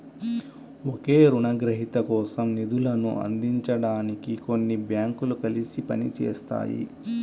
ఒకే రుణగ్రహీత కోసం నిధులను అందించడానికి కొన్ని బ్యాంకులు కలిసి పని చేస్తాయి